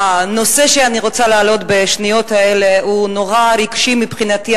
הנושא שאני רוצה להעלות בשניות האלה הוא נורא רגשי מבחינתי,